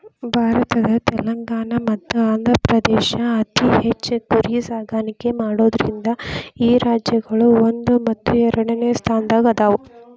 ಭಾರತದ ತೆಲಂಗಾಣ ಮತ್ತ ಆಂಧ್ರಪ್ರದೇಶ ಅತಿ ಹೆಚ್ಚ್ ಕುರಿ ಸಾಕಾಣಿಕೆ ಮಾಡೋದ್ರಿಂದ ಈ ರಾಜ್ಯಗಳು ಒಂದು ಮತ್ತು ಎರಡನೆ ಸ್ಥಾನದಾಗ ಅದಾವ